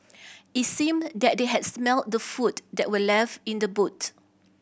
it seemed that they had smelt the food that were left in the boot